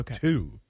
two